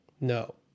no